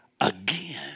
again